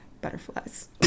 butterflies